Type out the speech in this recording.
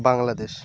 Bangladesh